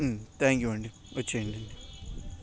ఊ thank you అండి వచ్చేయండి